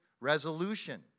resolution